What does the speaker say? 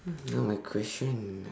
now my question